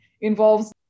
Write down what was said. involves